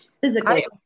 physically